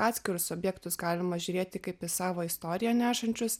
atskirus objektus galima žiūrėti kaip savo istoriją nešančius